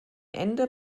ende